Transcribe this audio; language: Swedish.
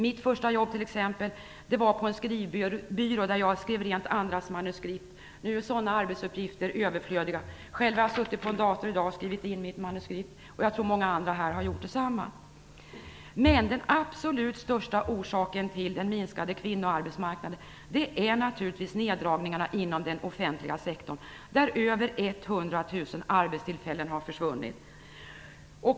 Mitt första jobb var t.ex. på en skrivbyrå, där jag skrev rent andras manuskript. Nu är sådana arbetsuppgifter överflödiga. Själv har jag suttit vid en dator i dag och skrivit in mitt manuskript, och jag tror att många andra här har gjort detsamma. Den absolut största orsaken till den minskade kvinnoarbetsmarknaden är naturligtvis neddragningarna inom den offentliga sektorn, där över 100 000 arbetstillfällen har försvunnit.